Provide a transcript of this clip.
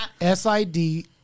S-I-D